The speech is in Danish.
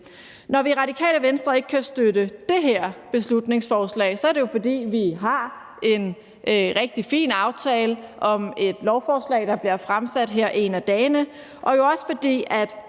Når vi i Radikale Venstre ikke kan støtte det her beslutningsforslag, er det jo, fordi vi har en rigtig fin aftale om et lovforslag, der bliver fremsat her en af dagene, og jo også fordi man